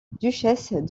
duchesse